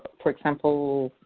for example,